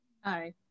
Hi